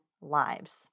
lives